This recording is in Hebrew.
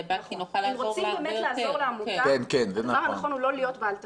אם רוצים באמת לעזור לעמותה הדבר הנכון הוא לא להיות בעל תפקיד.